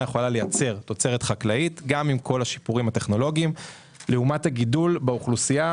יכולה לייצר לעומת הגידול באוכלוסייה